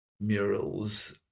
murals